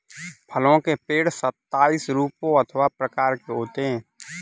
फलों के पेड़ सताइस रूपों अथवा प्रकार के होते हैं